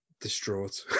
distraught